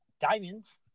Diamonds